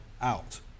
out